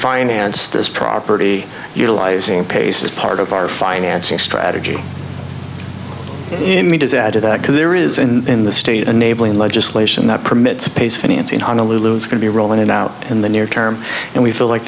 finance this property utilizing pace as part of our financing strategy in me does add to that because there is in the state enabling legislation that permits space financing honolulu's could be rolling it out in the near term and we feel like